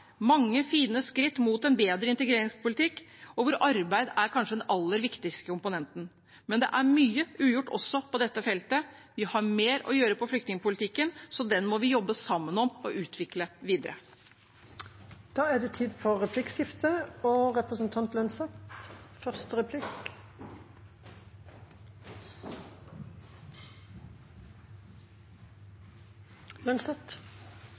mange fine skritt mot en bedre integreringspolitikk, hvor arbeid kanskje er den aller viktigste komponenten. Men det er mye ugjort også på dette feltet. Vi har mer å gjøre i flyktningpolitikken, så den må vi jobbe sammen om å utvikle videre. Det blir replikkordskifte. SSB kom, som jeg nevnte i sted også, for